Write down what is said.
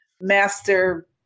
master